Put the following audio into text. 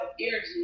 energy